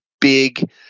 big